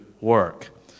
work